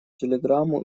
телеграмму